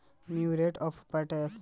Muriate of potash के रंग का होला?